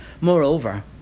Moreover